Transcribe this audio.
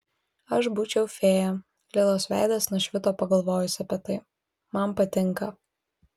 aš būčiau fėja lilos veidas nušvito pagalvojus apie tai man patinka